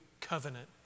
covenant